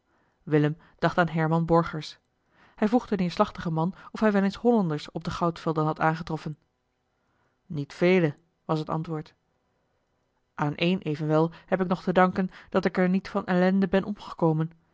willem dacht aan herman borgers hij vroeg den neerslachtigen man of hij wel eens hollanders op de goudvelden had aangetroffen niet vele was het antwoord aan één evenwel heb ik nog te danken dat ik er niet van ellende ben omgekomen